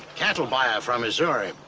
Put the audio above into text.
cattle buyer from missouri.